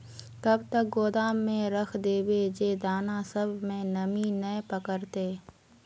कब तक गोदाम में रख देबे जे दाना सब में नमी नय पकड़ते?